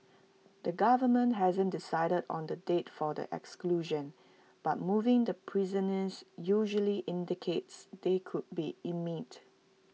the government hasn't decided on the date for the executions but moving the prisoners usually indicates they could be